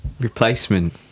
replacement